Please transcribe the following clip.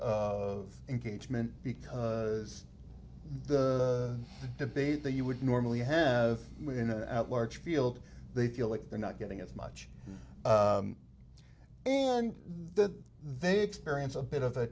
of engagement because the debate that you would normally have at large field they feel like they're not getting as much and then they experience a bit of a